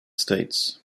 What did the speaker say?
states